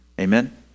Amen